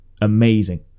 amazing